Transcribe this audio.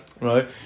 right